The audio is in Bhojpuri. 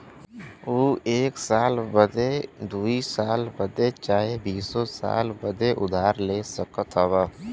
ऊ एक साल बदे, दुइ साल बदे चाहे बीसो साल बदे उधार ले सकत हौ